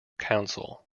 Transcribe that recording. council